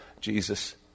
Jesus